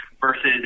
versus